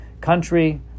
country